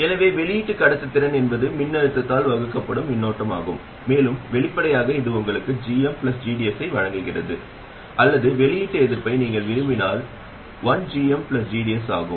எனவே வெளியீட்டு கடத்துத்திறன் என்பது மின்னழுத்தத்தால் வகுக்கப்படும் மின்னோட்டமாகும் மேலும் வெளிப்படையாக இது உங்களுக்கு gmgds ஐ வழங்குகிறது அல்லது வெளியீட்டு எதிர்ப்பை நீங்கள் விரும்பினால் அது 1gmgds ஆகும்